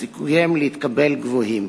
שסיכוייהן להתקבל גבוהים.